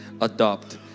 adopt